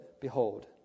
Behold